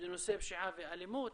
לנושא פשיעה ואלימות,